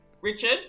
Richard